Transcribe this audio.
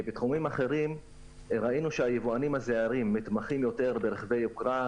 בתחומים אחרים ראינו שהיבואנים הזעירים מתמחים יותר ברכבי יוקרה,